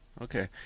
Okay